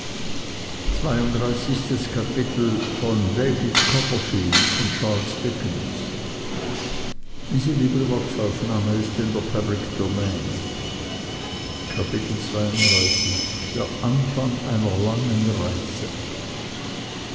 der anfang einer langen reise